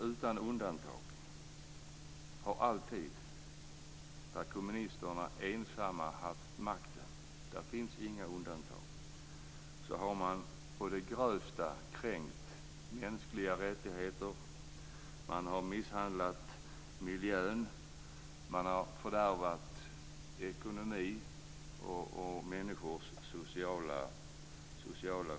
Utan undantag har man alltid där kommunisterna ensamma haft makten - det finns inga undantag - å det grövsta kränkt mänskliga rättigheter, misshandlat miljön, fördärvat ekonomin och människors sociala skydd.